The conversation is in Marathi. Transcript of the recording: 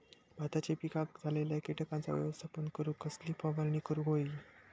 भाताच्या पिकांक झालेल्या किटकांचा व्यवस्थापन करूक कसली फवारणी करूक होई?